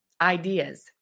ideas